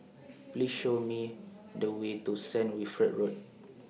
Please Show Me The Way to Saint Wilfred Road